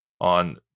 on